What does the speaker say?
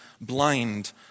Blind